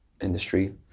industry